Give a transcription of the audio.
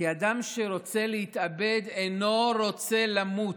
כי אדם שרוצה להתאבד אינו רוצה למות,